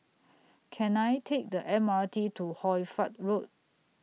Can I Take The M R T to Hoy Fatt Road